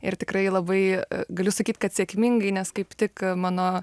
ir tikrai labai galiu sakyt kad sėkmingai nes kaip tik mano